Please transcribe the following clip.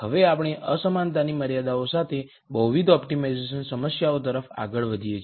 હવે આપણે અસમાનતાની મર્યાદાઓ સાથે બહુવિધ ઓપ્ટિમાઇઝેશન સમસ્યાઓ તરફ આગળ વધીએ છીએ